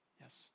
Yes